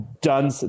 done